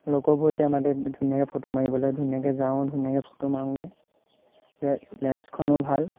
লগৰবোৰে এতিয়া মাতে ধুনীয়াকৈ ফটো মাৰিবলৈ ধুনীয়াকৈ যাওঁ ধুনীয়াকৈ ফটো মাৰোঁগৈ লেন্সখনো ভাল